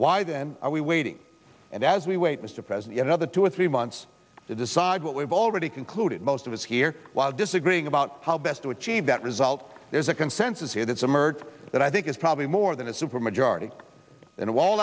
why then are we waiting and as we wait mr president other two or three months to decide what we've already concluded most of us here while disagreeing about how best to achieve that result there's a consensus here that's emerged that i think is probably more than a super majority and all